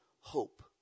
hope